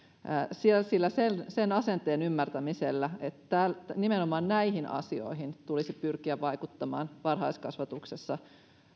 sen sen asenteen ymmärtäminen että nimenomaan näihin asioihin tulisi pyrkiä vaikuttamaan varhaiskasvatuksessa